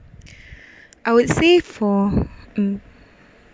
I would say for um